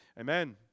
Amen